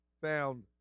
Found